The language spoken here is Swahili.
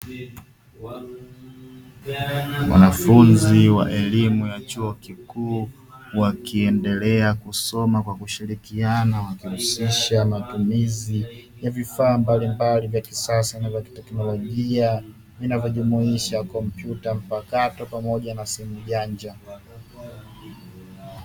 Wanafunzi wa elimu ya chuo kikuu wakiendelea kusoma kwa kushirikiana wakihususha matumizi ya vifaa mbalimbali vya kisasa na vya kiteknolojia vinavyohusisha kompyuta mpakato pamoja na simu janja.